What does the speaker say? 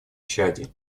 чаде